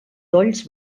dolls